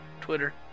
Twitter